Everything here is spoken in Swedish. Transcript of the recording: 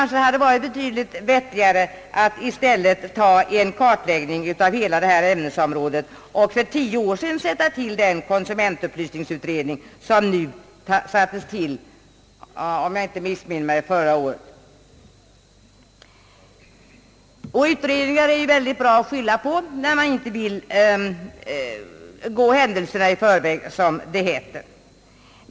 Säkert hade det varit betydligt bättre att i stället ta en kartläggning av hela detta ämnesområde och för tio år sedan sätta till den stora konsumentupplysningsutredning, som tillsattes förra året, om jag inte missminner mig. Utredningar är bra att skylla på, när man inte vill gå händelserna i förväg, som det heter.